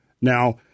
Now